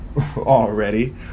already